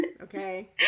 Okay